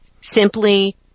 simply